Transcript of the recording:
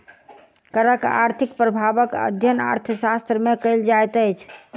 करक आर्थिक प्रभावक अध्ययन अर्थशास्त्र मे कयल जाइत अछि